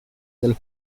del